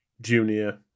junior